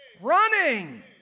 Running